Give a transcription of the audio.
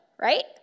right